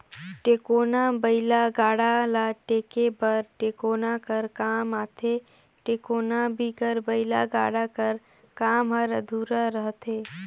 टेकोना बइला गाड़ा ल टेके बर टेकोना कर काम आथे, टेकोना बिगर बइला गाड़ा कर काम हर अधुरा रहथे